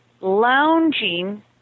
lounging